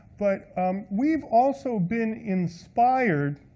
but um we've also been inspired,